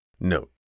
Note